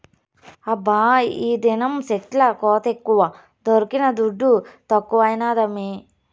హబ్బా ఈదినం సెట్ల కోతెక్కువ దొరికిన దుడ్డు తక్కువైనాదమ్మీ